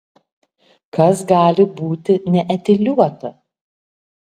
kas gali būti neetiliuota